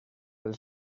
del